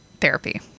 therapy